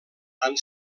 van